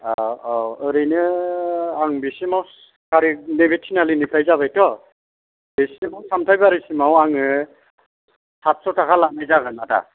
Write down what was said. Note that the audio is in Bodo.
औ ओरैनो आं बेसिमाव नैबे थिनालिफ्राय जाबायथ' बेसिमाव सामथायबारिसिमाव आङो सातस' थाखा लानाय जागोन आदा